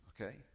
okay